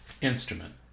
instrument